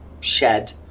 shed